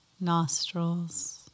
nostrils